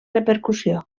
repercussió